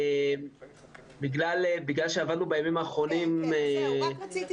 בגלל שעבדנו בימים האחרונים על התקנות